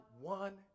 one